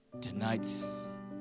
tonight's